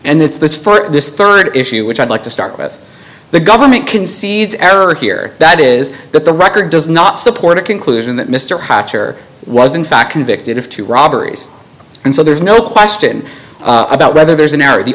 and it's this for this rd issue which i'd like to start with the government concedes error here that is that the record does not support a conclusion that mr hatcher was in fact convicted of two robberies and so there's no question about whether there's an error the